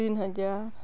ᱛᱤᱱᱦᱟᱡᱟᱨ